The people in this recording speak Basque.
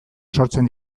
sortzen